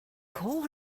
call